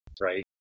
right